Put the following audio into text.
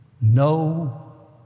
No